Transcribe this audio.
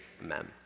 Amen